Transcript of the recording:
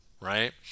right